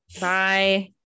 bye